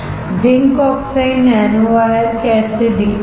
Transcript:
zinc oxide nanowire कैसे दिखते हैं